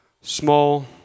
small